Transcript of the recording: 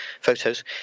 photos